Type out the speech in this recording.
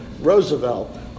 Roosevelt